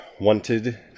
wanted